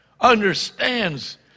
understands